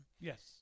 Yes